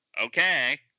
okay